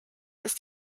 ist